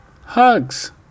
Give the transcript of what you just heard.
Hugs